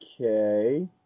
Okay